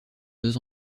deux